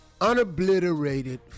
unobliterated